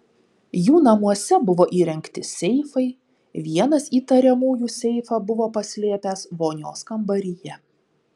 jų namuose buvo įrengti seifai vienas įtariamųjų seifą buvo paslėpęs vonios kambaryje